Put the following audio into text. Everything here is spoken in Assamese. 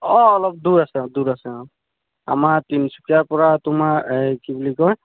অ অলপ দূৰ আছে দূৰ আছে অ আমাৰ তিনিচুকীয়াৰ পৰা তোমাৰ এই কি বুলি কয়